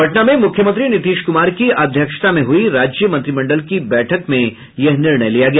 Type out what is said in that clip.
पटना में मुख्यमंत्री नीतीश कुमार की अध्यक्षता में हुई राज्यमंत्रिमंडल की बैठक में यह निर्णय लिया गया